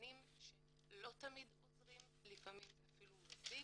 במתורגמנים שהם לא תמיד עוזרים ולפעמים זה אפילו מזיק.